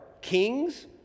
kings